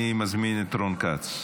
אני מזמין את רון כץ,